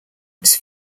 its